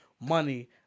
money